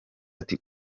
ati